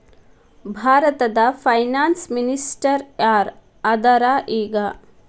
ಭಾರತದ finance minister ಯಾರ್ ಅದರ ಈಗ?